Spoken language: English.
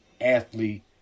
athlete